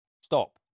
stop